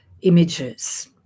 images